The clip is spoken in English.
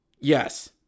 Yes